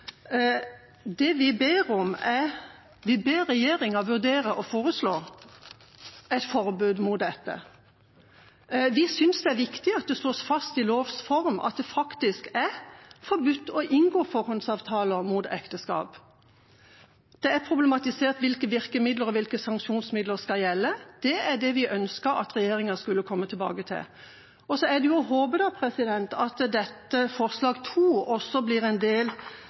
Vi ber regjeringa vurdere å foreslå et forbud. Vi synes det er viktig at det slås fast i lovs form at det faktisk er forbudt å inngå forhåndsavtaler om ekteskap. Det er problematisert hvilke virkemidler og hvilke sanksjonsmidler som skal gjelde. Det er det vi ønsker at regjeringa skal komme tilbake til. Så er det å håpe at dette forslaget, forslag nr. 2, også blir en del